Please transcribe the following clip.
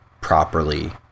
properly